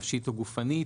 נפשית או גופנית,".